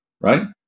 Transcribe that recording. right